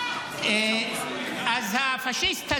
אתה חבר של ערפאת.